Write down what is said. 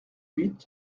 huit